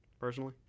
Personally